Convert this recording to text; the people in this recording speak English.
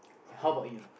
how about you